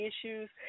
issues